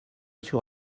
sur